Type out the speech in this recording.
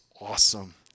awesome